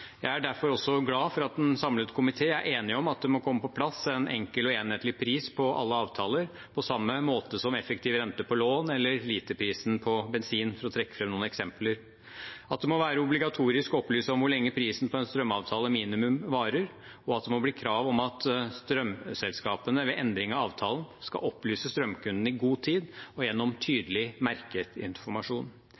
Jeg er derfor glad for at en samlet komité er enig om at det må komme på plass en enkel og enhetlig pris på alle avtaler – på samme måte som effektiv rente på lån eller literprisen på bensin, for å trekke fram noen eksempler – at det må være obligatorisk å opplyse om hvor lenge prisen på en strømavtale minimum varer, og at det må bli krav om at strømselskapene ved endring av avtalen skal opplyse strømkunden i god tid og gjennom